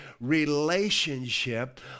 relationship